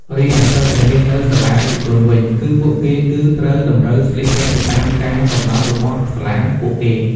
រីឯសិស្សដែលរៀននៅសាលាឯកជនវិញ គឺពួកគេគឺត្រូវតម្រូវស្លៀកពាក់ទៅតាមការកំណត់របស់សាលាពួកគេ។